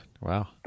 Wow